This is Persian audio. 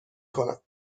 کنم